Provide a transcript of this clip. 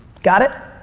got it?